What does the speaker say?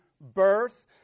birth